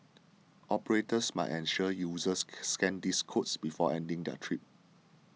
operators must ensure users scan these codes before ending their trip